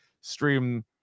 stream